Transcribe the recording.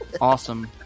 Awesome